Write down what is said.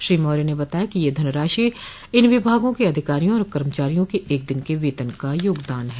श्री मौर्य ने बताया कि यह धनराशि इन विभागों के अधिकारियों और कर्मचारियों के एक दिन के वेतन का योगदान है